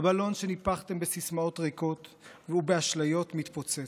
הבלון שניפחתם בסיסמאות ריקות ובאשליות מתפוצץ,